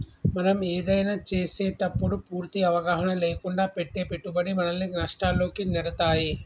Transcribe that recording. మనం ఏదైనా చేసేటప్పుడు పూర్తి అవగాహన లేకుండా పెట్టే పెట్టుబడి మనల్ని నష్టాల్లోకి నెడతాయి